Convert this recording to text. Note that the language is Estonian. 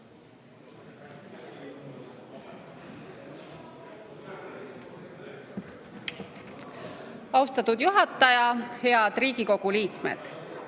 Austatud juhataja! Head Riigikogu liikmed!